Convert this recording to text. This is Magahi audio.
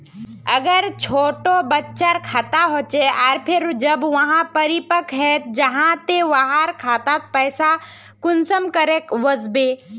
अगर छोटो बच्चार खाता होचे आर फिर जब वहाँ परिपक है जहा ते वहार खातात पैसा कुंसम करे वस्बे?